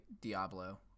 Diablo